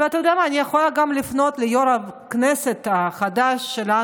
ואני יכולה גם לפנות ליו"ר הכנסת הישן-חדש